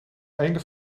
einde